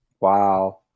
Wow